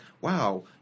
wow